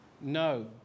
No